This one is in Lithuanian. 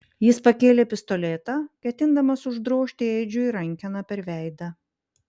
jis pakėlė pistoletą ketindamas uždrožti edžiui rankena per veidą